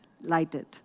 lighted